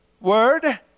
word